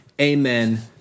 Amen